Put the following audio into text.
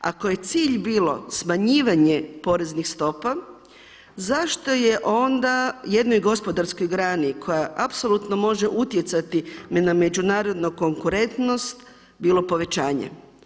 Ako je cilj bilo smanjivanje poreznih stopa zašto je onda jednoj gospodarskoj grani koja apsolutno može utjecati na međunarodnu konkurentnost bilo povećanje.